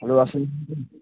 hello